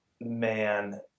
Man